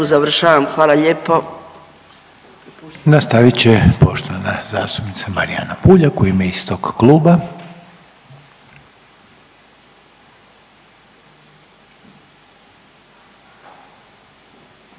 **Reiner, Željko (HDZ)** Nastavit će poštovana zastupnica Marijana PUljak u ime istog kluba.